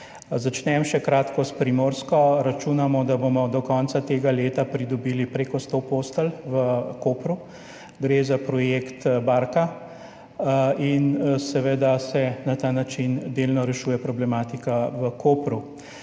Začnem še na kratko s Primorsko. Računamo, da bomo do konca tega leta pridobili prek 100 postelj v Kopru, gre za projekt Barka. Na ta način se delno rešuje problematika v Kopru.